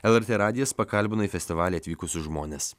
lrt radijas pakalbino į festivalį atvykusius žmones